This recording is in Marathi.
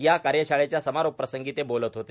या कार्यशाळेच्या समारोपाप्रसंगी ते बोलत होते